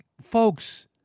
folks